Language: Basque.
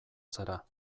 zara